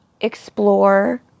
explore